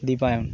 Dipayan